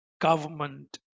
government